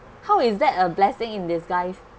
how is that a blessing in disguise